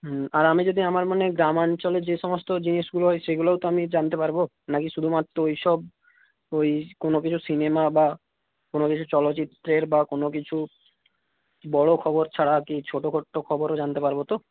হুম আর আমি যদি আমার মানে গ্রামাঞ্চলে যে সমস্ত জিনিসগুলো হয় সেইগুলোও তো আমি জানতে পারব না কি শুধুমাত্র ওই সব ওই কোনো কিছু সিনেমা বা কোনো কিছু চলচ্চিত্রের বা কোনো কিছু বড়ো খবর ছাড়া কি ছোটো খাটো খবরও জানতে পারব তো